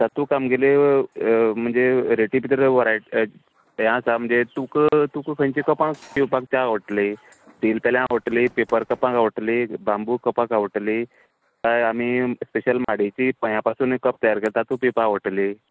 तातूंक आमगेल्यो म्हणजे रेटी भितर वरायटी म्हणजें हें आसा म्हणजे तुक तुका खंयचे कपांत पिवपाक च्या आवडटली स्टील पेल्यान आवडटली पेपर कपांत आवडटली बाम्बू कपांत आवडटली कांय आमी स्पॅशल माडेची पायां पासून एक कप तयार करतात ती पिवपाक आवडटली